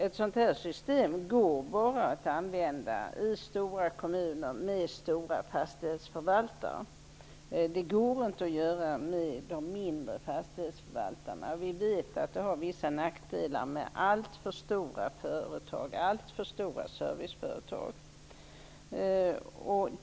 Ett sådant här system går bara att använda i stora kommuner med stora fastighetsförvaltare. Det går inte använda när det gäller de mindre fastighetsförvaltarna. Vi vet att det finns vissa nackdelar med alltför stora serviceföretag.